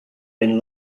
been